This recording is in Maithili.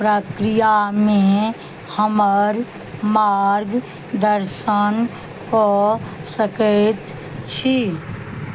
प्रक्रियामे हमर मार्गदर्शन कऽ सकैत छी